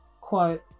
quote